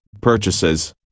purchases